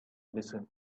listen